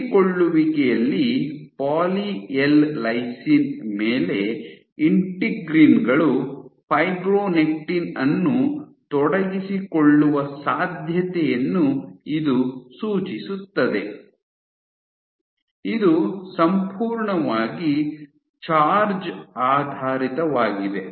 ಅಂಟಿಕೊಳ್ಳುವಿಕೆಯಲ್ಲಿ poly L lysine ಮೇಲೆ integrin ಗಳು ಫೈಬ್ರೊನೆಕ್ಟಿನ್ ಅನ್ನು ತೊಡಗಿಸಿಕೊಳ್ಳುವ ಸಾಧ್ಯತೆಯನ್ನು ಇದು ಸೂಚಿಸುತ್ತದೆ ಇದು ಸಂಪೂರ್ಣವಾಗಿ ಚಾರ್ಜ್ ಆಧಾರಿತವಾಗಿದೆ